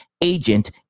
agent